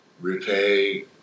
repay